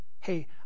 Hey